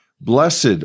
Blessed